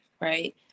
right